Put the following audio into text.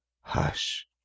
hush